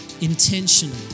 intentional